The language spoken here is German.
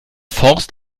forst